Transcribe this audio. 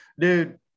dude